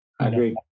agree